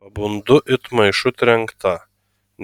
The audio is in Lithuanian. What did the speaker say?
pabundu it maišu trenkta